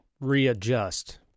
readjust